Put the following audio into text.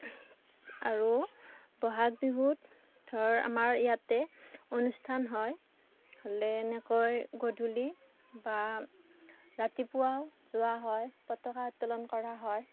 বহাগ বিহুত আমাৰ ইয়াতে ধৰ অনুষ্ঠান হয় হ'লে এনেকৈ গধূলি বা ৰাতিপুৱাও যোৱা হয় পতাকা উত্তোলন কৰা হয়